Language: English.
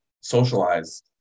socialize